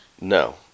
No